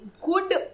good